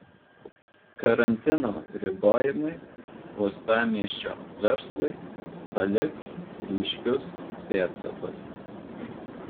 karantino ribojimai uostamiesčio verslui paliks ryškius pėdsakus